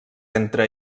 entre